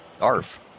ARF